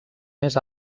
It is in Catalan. més